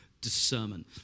discernment